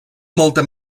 molta